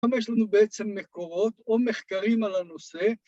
‫יש לנו בעצם מקורות ‫או מחקרים על הנושא.